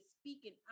speaking